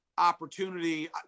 Opportunity